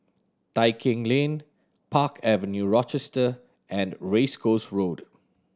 Tai Keng Lane Park Avenue Rochester and Race Course Road